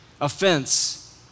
offense